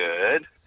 Good